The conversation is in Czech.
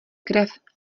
krev